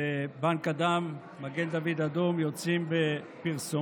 בנק הדם במגן דוד אדום יוצא בפרסומות